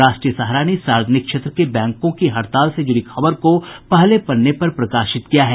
राष्ट्रीय सहारा ने सार्वजनिक क्षेत्र के बैंकों की हड़ताल से जुड़ी खबर को पहले पन्ने पर प्रकाशित किया है